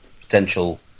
potential